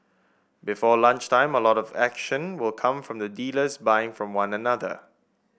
before lunchtime a lot of the action will come from dealers buying from one another